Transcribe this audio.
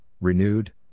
renewed